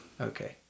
Okay